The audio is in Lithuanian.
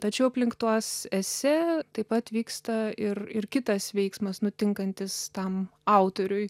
tačiau aplink tuos ese taip pat vyksta ir ir kitas veiksmas nutinkantis tam autoriui